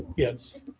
yes.